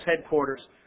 headquarters